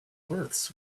births